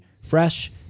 fresh